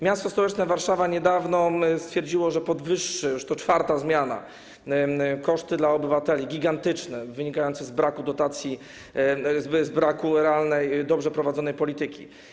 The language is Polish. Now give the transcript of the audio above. M.st. Warszawa niedawno stwierdziło, że podwyższy - to już czwarta zmiana - koszty dla obywateli, gigantyczne, wynikające z braku dotacji, z braku realnej, dobrze prowadzonej polityki.